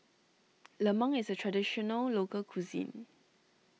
Lemang is a Traditional Local Cuisine